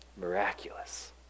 Miraculous